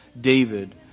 David